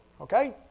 Okay